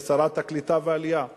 לשרת העלייה והקליטה: